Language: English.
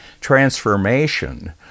transformation